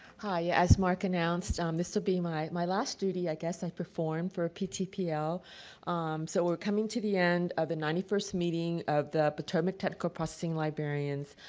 hi. as mark announced, um this will be my my last duty, i guess, i perform, for a ptpl. so we're coming to the end of the ninety first meeting of the potomac technical processing librarians.